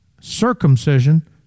circumcision